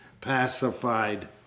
pacified